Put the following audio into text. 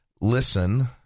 listen